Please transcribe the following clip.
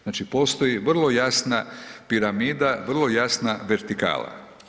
Znači postoji vrlo jasna piramida, vrlo jasna vertikala.